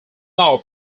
now